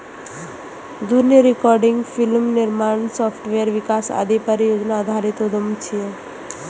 ध्वनि recording, film निर्माण, software विकास आदि परियोजना आधारित उद्यम छियै